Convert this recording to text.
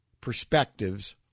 perspectives